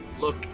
look